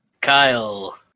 Kyle